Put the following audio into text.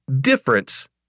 difference